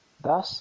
Thus